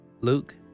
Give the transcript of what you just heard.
Luke